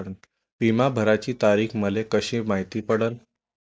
बिमा भराची तारीख मले कशी मायती पडन?